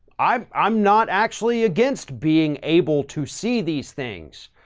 i'm i'm not actually against being able to see these things.